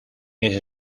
ese